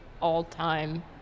all-time